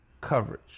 coverage